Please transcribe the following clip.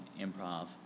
improv